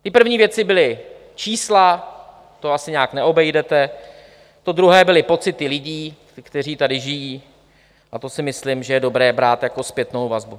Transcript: Ty první věci byla čísla, to asi nijak neobejdete, to druhé byly pocity lidí, kteří tady žijí, a to si myslím, že je dobré brát jako zpětnou vazbu.